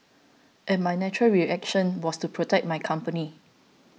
and my natural reaction was to protect my company